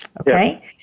Okay